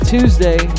Tuesday